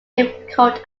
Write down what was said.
difficult